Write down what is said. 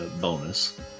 bonus